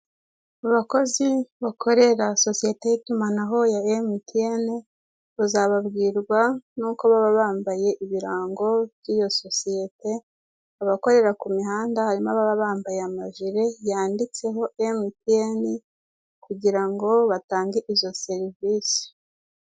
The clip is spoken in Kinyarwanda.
Abakozi bakorera sosiyete y'itumanaho ya Emutiyene, ubazababwirwa n'uko baba bambaye ibirango by'iyo sosiyete, abakorera ku mihanda harimo ababa bambaye amajere yanditseho Emutiyene, kugira ngo batange izo serivise.